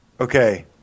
Okay